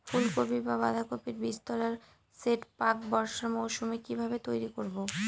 ফুলকপি বা বাঁধাকপির বীজতলার সেট প্রাক বর্ষার মৌসুমে কিভাবে তৈরি করব?